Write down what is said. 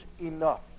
enough